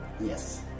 Yes